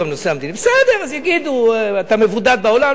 בסדר, יגידו: אתה מבודד בעולם.